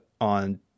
on